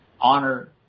honor